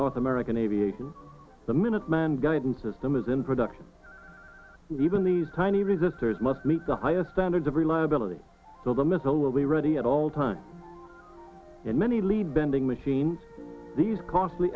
north american aviation the minuteman guidance system is in production even these tiny resistors must meet the highest standards of reliability so the missile will be ready at all times and many lead bending machines these costly